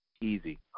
Easy